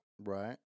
Right